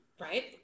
right